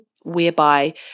whereby